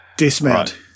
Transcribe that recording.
Dismount